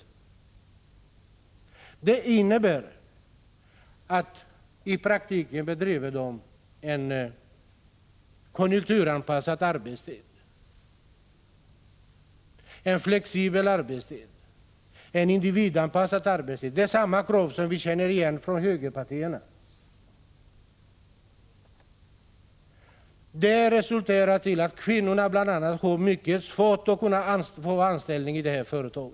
Företaget har således i praktiken en konjunkturanpassad arbetstid. En flexibel arbetstid, en individanpassad arbetstid — det är krav som vi känner igen från högerpartierna. Det resulterar i att bl.a. kvinnor har mycket svårt att få anställning i detta företag.